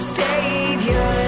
savior